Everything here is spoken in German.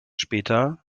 später